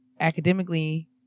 academically